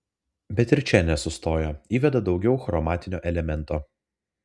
bet ir čia nesustoja įveda daugiau chromatinio elemento